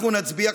אנחנו נצביע,